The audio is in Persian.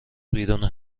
بیرونه